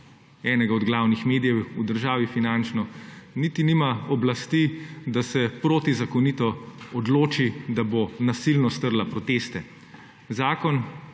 enega od glavnih medijev v državi finančno, niti nima oblasti, da se protizakonito odloči, da bo nasilno strla proteste. Zakon